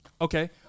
Okay